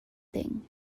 thing